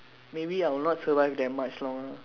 maybe I will not survive that much long ah